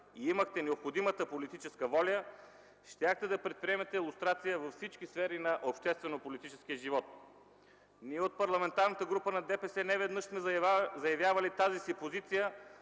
и имахте необходимата политическа воля, щяхте да предприемете лустрация във всички сфери на обществено-политическия живот. Ние от парламентарната група на ДПС неведнъж сме заявявали тази си позиция,